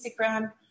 Instagram